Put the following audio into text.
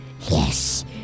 Yes